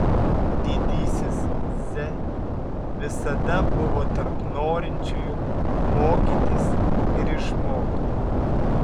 didysis z visada buvo tarp norinčiųjų mokytis ir išmokti